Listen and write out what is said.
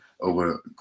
over